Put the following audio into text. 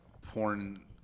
porn